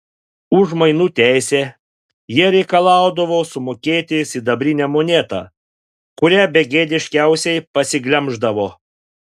už mainų teisę jie reikalaudavo sumokėti sidabrinę monetą kurią begėdiškiausiai pasiglemždavo